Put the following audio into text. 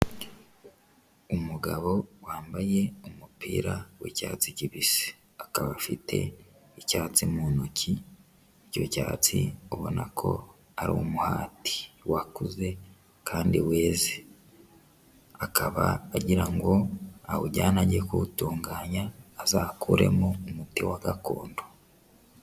Umugabo wambaye umupira w'icyatsi kibisi, akaba afite icyatsi mu ntoki, icyo cyatsi ubona ko ari umuhati wakuze kandi weze, akaba agira ngo awujyane ajye kuwutunganya azakuremo umuti wa gakondo.